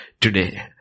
Today